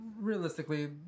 realistically